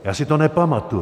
Já si to nepamatuji.